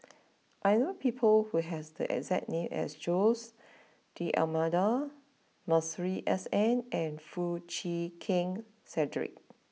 I know people who have the exact name as Jose D'Almeida Masuri S N and Foo Chee Keng Cedric